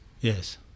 yes